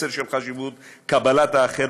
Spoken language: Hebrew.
מסר של חשיבות קבלת האחר,